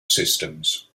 systems